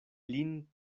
lin